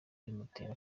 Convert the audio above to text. bimutera